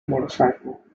motorcycle